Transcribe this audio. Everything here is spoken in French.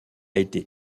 été